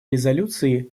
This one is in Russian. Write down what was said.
резолюции